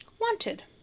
Wanted